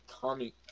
Tommy